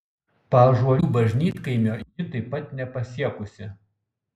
paužuolių bažnytkaimio ji taip pat nepasiekusi